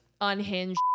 unhinged